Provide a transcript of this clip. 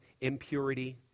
impurity